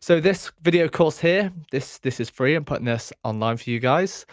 so this video course here this this is free i'm putting this online for you guys